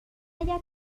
اگه